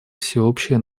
всеобщее